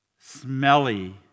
smelly